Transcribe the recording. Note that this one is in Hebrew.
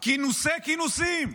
כינוסי-כינוסים,